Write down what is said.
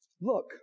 Look